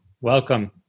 welcome